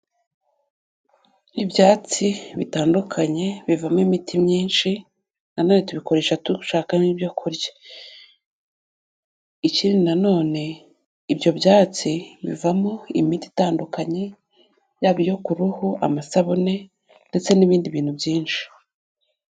Ibyatsi bitandukanye bivamo imiti myinshi, nanone tubikoresha dushakamo ibyo kurya. Ikindi nanone ibyo byatsi bivamo imiti itandukanye, yaba iyo ku ruhu, amasabune ndetse n'ibindi bintu byinshi.